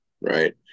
right